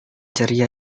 ceria